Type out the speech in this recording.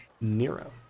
Nero